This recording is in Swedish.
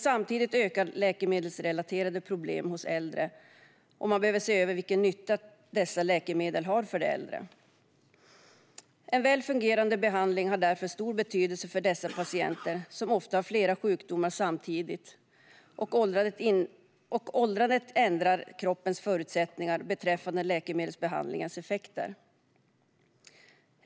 Samtidigt ökar läkemedelsrelaterade problem hos äldre, och man behöver se över vilken nytta dessa läkemedel har för de äldre. Väl fungerande behandling har därför stor betydelse för dessa patienter, som ofta har flera sjukdomar samtidigt. Åldrandet ändrar också kroppens förutsättningar i förhållande till läkemedelsbehandlingens effekter.